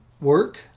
work